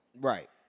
Right